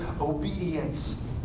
obedience